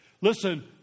listen